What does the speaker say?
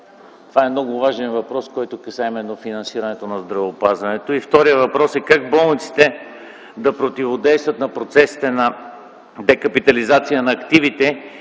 Това е много важен въпрос, който касае дофинансирането на здравеопазването. Вторият въпрос е: как болниците да противодействат на процесите на декапитализация на активите